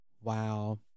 wow